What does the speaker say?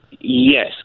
yes